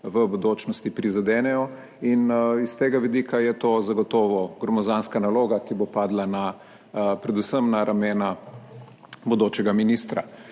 v bodočnosti prizadenejo. In s tega vidika je to zagotovo gromozanska naloga, ki bo padla na predvsem na ramena bodočega ministra.